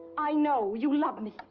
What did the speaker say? i know, you love me!